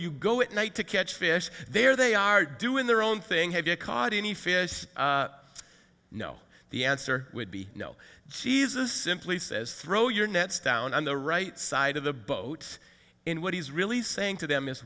you go at night to catch fish there they are doing their own thing have you caught any fish you know the answer would be no jesus simply says throw your nets down on the right side of the boat and what he's really saying to them